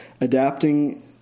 adapting